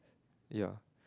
ya